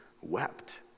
wept